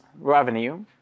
revenue